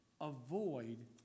Avoid